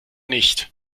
nicht